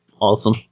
Awesome